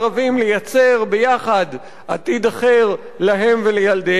לייצר יחד עתיד אחר להם ולילדיהם.